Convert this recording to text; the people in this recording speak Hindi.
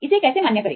इसे कैसे मान्य करें